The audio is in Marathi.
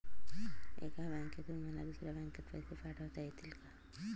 एका बँकेतून मला दुसऱ्या बँकेत पैसे पाठवता येतील का?